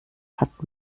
hat